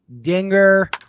dinger